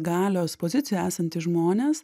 galios pozicijoje esantys žmonės